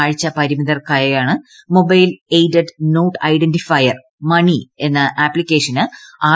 കാഴ്ച പരിമിതിയുള്ളവർക്കായാണ് mobile aided note identifier MANI എന്ന ആപ്ലിക്കേഷന് ആർ